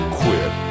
quit